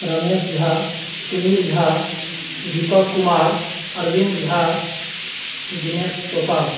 Ramesh Jha Sunil Jha Deepak Kumar Arvind Jha Dinesh Chaupal